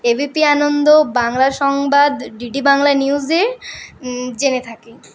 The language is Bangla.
এবিপি আনন্দ বাংলা সংবাদ ডিডি বাংলা নিউজে জেনে থাকি